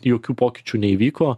jokių pokyčių neįvyko